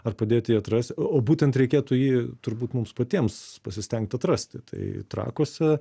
ar padėti jį atrasti o būtent reikėtų jį turbūt mums patiems pasistengt atrasti tai trakuose